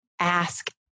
ask